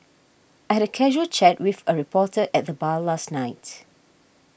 I had a casual chat with a reporter at the bar last night